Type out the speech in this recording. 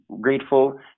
grateful